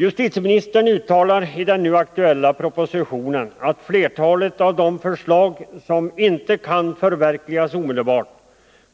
Justitieministern uttalar i den nu aktuella propositionen, att flertalet av de förslag som inte kan förverkligas omedelbart